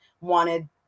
wanted